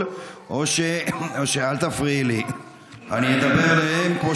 או אל תדבר על פוגרומים ועל פוגרומצ'יקים.